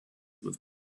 with